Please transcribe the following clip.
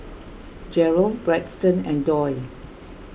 Jeryl Braxton and Doyle